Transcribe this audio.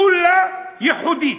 כולה ייחודית,